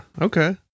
Okay